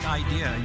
idea